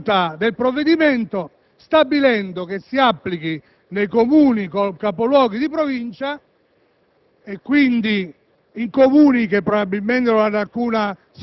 invece a macchia d'olio la ricaduta del provvedimento, stabilendo che si applichi nei Comuni capoluoghi di provincia,